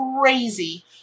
crazy